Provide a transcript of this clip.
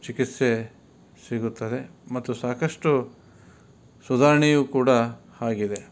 ಚಿಕಿತ್ಸೆ ಸಿಗುತ್ತದೆ ಮತ್ತು ಸಾಕಷ್ಟು ಸುಧಾರಣೆಯೂ ಕೂಡ ಆಗಿದೆ